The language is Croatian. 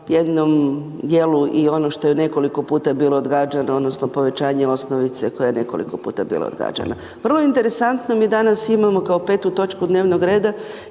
jednom dijelu i ono što je u nekoliko puta bilo odgađano, odnosno, povećanje osnovice koje je nekoliko puta bilo odgađano. Vrlo interesantno mi danas imamo kao 5 točku dnevnog reda,